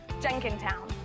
Jenkintown